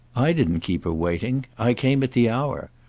i didn't keep her waiting. i came at the hour.